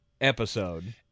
episode